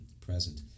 present